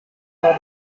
are